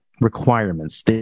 Requirements